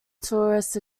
tourist